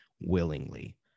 willingly